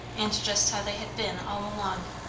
and just how they had been all along.